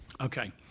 Okay